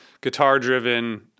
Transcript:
guitar-driven